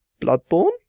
Bloodborne